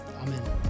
Amen